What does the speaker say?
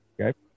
Okay